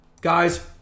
guys